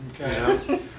Okay